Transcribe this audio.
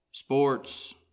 sports